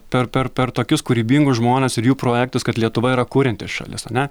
per per per tokius kūrybingus žmones ir jų projektus kad lietuva yra kurianti šalis ane